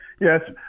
yes